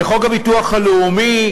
בחוק הביטוח הלאומי,